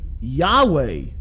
Yahweh